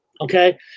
Okay